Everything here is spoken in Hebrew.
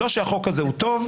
לא שהחוק הזה הוא טוב,